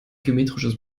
geometrisches